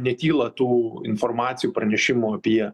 netyla tų informacijų pranešimų apie